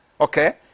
Okay